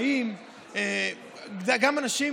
עצמאים, גם אנשים